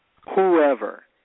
whoever